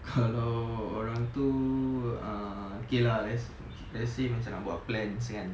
kalau orang itu err okay lah let's let's say macam nak buat plans kan